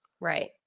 right